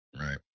Right